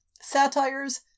satires